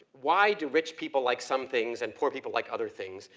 why do rich people like some things and poor people like other things,